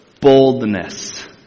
boldness